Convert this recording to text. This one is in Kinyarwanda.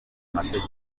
amategeko